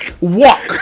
Walk